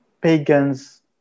pagans